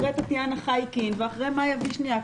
אחרי טטניאנה חייקין ואחרי מאיה וישניאק,